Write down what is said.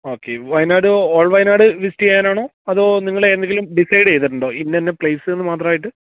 okay Wayanad all Wayanad visit ചെയ്യാനാണോ അതോ നിങ്ങളേതെങ്കിലും ഡിസൈഡ് ചെയ്തിട്ടുണ്ടോ ഇന്നയിന്ന പ്ലേസെന്ന് മാത്രമായിട്ട്